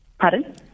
Pardon